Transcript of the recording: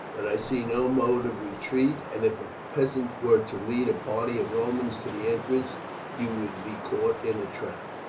but i see no mode of retreat, and if a peasant were to lead a party of romans to the entrance you would be caught in a trap.